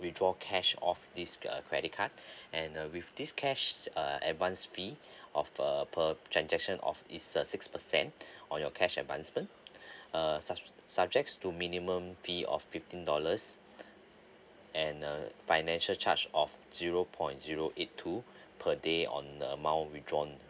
withdraw cash off this uh credit card and uh with this cash uh advance fee of a per per transaction of it's a six percent on your cash advancement err such uh subjects to minimum fee of fifteen dollars and uh financial charge of zero point zero eight two per day on amount withdrawn